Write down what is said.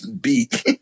beat